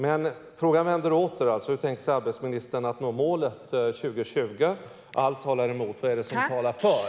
Men frågan vänder åter: Hur tänker sig arbetsmarknadsministern att man ska nå målet 2020? Allt talar emot. Vad är det som talar för?